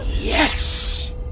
Yes